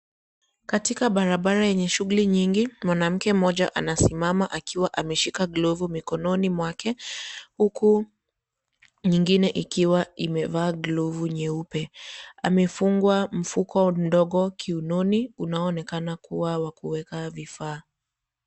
Katika barabara yenye shughuli nyingi, mwanamke mmoja anasimama akiwa ameshika glovu mikononi mwake, huku nyingine ikiwa imevaa glovu nyeupe. Amefungwa mfuko ndogo kiunoni unaoonekana kuwa wakuweka vifaa.